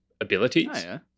abilities